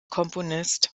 komponist